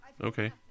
Okay